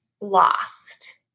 lost